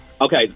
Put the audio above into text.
Okay